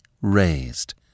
raised